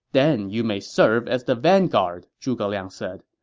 then you may serve as the vanguard, zhuge liang said.